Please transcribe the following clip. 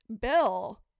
bill